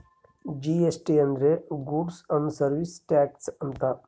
GST ಅಂದ್ರ goods and service tax ಅಂತ